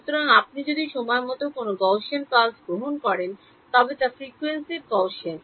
সুতরাং আপনি যদি সময় মতো কোনও গাউসিয়ান pulse গ্রহণ করেন তবে তা ফ্রিকোয়েন্সিতে গাউসিয়ান